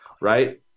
right